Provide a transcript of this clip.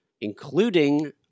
including